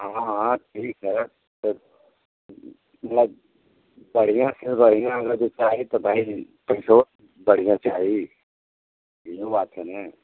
हाँ ठीक है पर मतलब बढ़ियाँ से बढ़ियाँ वाला जो चाही तो भाई पैसबो बढ़ियाँ चाही इहो बात है ना